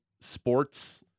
sports